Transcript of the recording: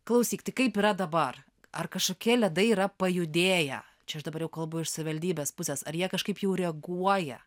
klausyk tai kaip yra dabar ar kažkokie ledai yra pajudėję čia aš dabar jau kalbu iš savivaldybės pusės ar jie kažkaip jau reaguoja